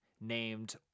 named